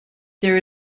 there